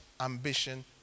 ambition